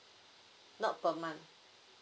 not per month